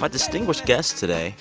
our ah distinguished guests today.